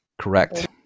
Correct